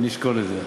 נשקול את זה.